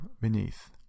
beneath